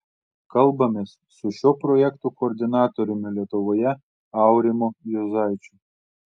kalbamės su šio projekto koordinatoriumi lietuvoje aurimu juozaičiu